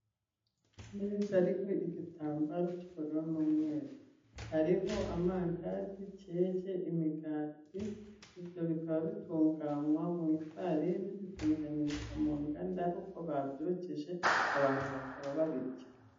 Ameza ariho igitambaro cy'ubururu n'umweru. Hariho amandazi, keke, imigati; ibyo bikaba bitunganywa mu ifarini bitunganganyiriza mu nganda, ari uko babyokeje abantu bakaba babirya.